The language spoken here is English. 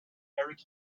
eric